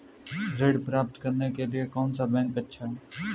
ऋण प्राप्त करने के लिए कौन सा बैंक अच्छा है?